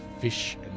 fish